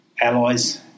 allies